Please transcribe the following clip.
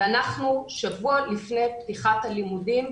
ואנחנו שבוע לפני פתיחת הלימודים.